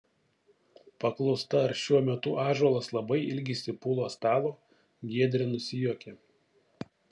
paklausta ar šiuo metu ąžuolas labai ilgisi pulo stalo giedrė nusijuokė